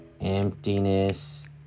emptiness